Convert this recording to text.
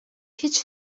hiç